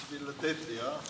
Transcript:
בשביל לתת לי, אה?